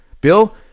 Bill